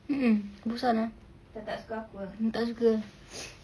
(uh huh) bosan ah tak suka